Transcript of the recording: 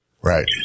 Right